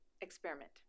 Experiment